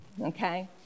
Okay